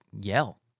yell